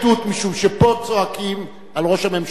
משום שפה צועקים על ראש הממשלה,